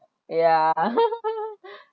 yeah